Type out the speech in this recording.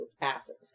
asses